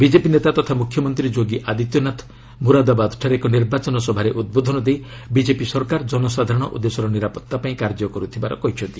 BJP ନେତା ତଥା ମୁଖ୍ୟମନ୍ତ୍ରୀ ଯୋଗୀ ଆଦିତ୍ୟନାଥ ମୁରାଦାବାଦଠାରେ ଏକ ନିର୍ବାଚନ ସଭାରେ ଉଦ୍ବୋଧନ ଦେଇ ବିଜେପି ସରକାର ଜନସାଧାରଣ ଓ ଦେଶର ନିରାପତ୍ତା ପାଇଁ କାର୍ଯ୍ୟ କରୁଥିବାର କହିଛନ୍ତି